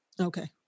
Okay